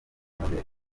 nyomberi